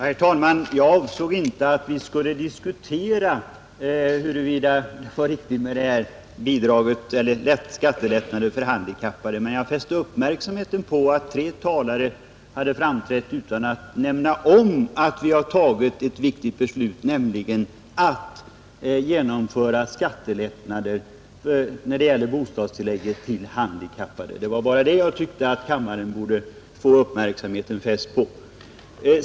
Herr talman! Jag avsåg inte att vi skulle diskutera huruvida det var riktigt med detta bidrag eller skattelättnader för de handikappade, men jag riktade kammarens uppmärksamhet på att tre talare hade framträtt utan att nämna att vi har fattat ett viktigt beslut om skattelättnader när det gäller bostadstillägget till handikappade. Det var bara detta jag tyckte att kammarens uppmärksamhet borde fästas på.